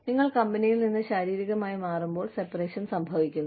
നിങ്ങൾ കമ്പനിയിൽ നിന്ന് ശാരീരികമായി മാറുമ്പോൾ സെപറേഷൻ സംഭവിക്കുന്നു